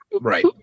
Right